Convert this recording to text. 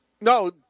No